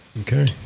Okay